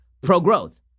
pro-growth